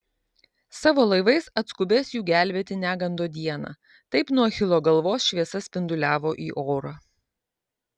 savo laivais atskubės jų gelbėti negando dieną taip nuo achilo galvos šviesa spinduliavo į orą